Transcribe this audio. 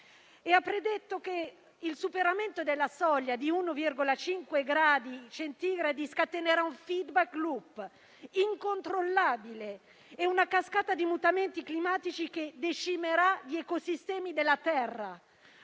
ha predetto che il superamento della soglia di 1,5 gradi centigradi scatenerà un *feedback loop* incontrollabile e una cascata di mutamenti climatici che decimerà gli ecosistemi della terra.